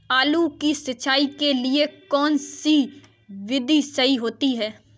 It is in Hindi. आलू की सिंचाई के लिए कौन सी विधि सही होती है?